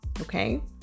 okay